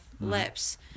lips